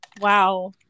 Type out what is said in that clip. Wow